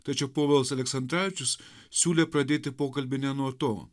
tačiau povilas aleksandravičius siūlė pradėti pokalbį ne nuo to